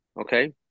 Okay